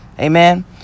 amen